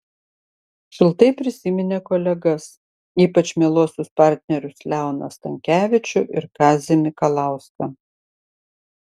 šiltai prisiminė kolegas ypač mieluosius partnerius leoną stankevičių ir kazį mikalauską